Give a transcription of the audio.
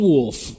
Wolf